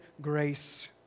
grace